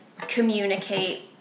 communicate